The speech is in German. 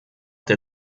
der